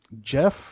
Jeff